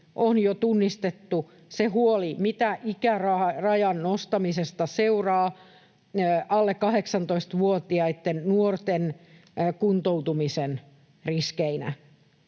on jo tunnistettu se huoli, mitä ikärajan nostamisesta seuraa alle 18-vuotiaitten nuorten kuntoutumisen riskeinä.